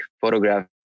photograph